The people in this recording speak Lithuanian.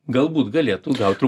galbūt galėtų gaut